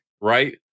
right